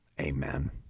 Amen